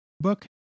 book